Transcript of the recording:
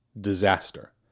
disaster